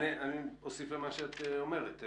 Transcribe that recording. אני אוסיף למה שאת אומרת: